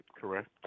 correct